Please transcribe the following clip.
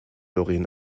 doreen